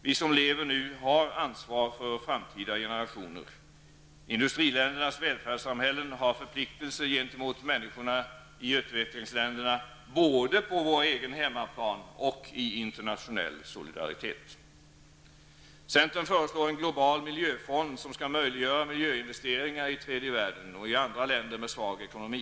Vi som lever nu har ett ansvar för framtida generationer. Industriländernas välfärdssamhällen har förpliktelser gentemot människorna i u-länderna, både på hemmaplan och i fråga om internationell solidaritet. Centern föreslår att en global miljöfond bildas, som skall möjliggöra miljöinvesteringar i tredje världen och i andra länder med svag ekonomi.